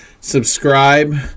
subscribe